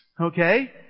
okay